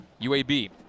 UAB